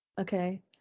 Okay